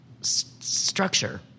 structure